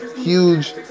Huge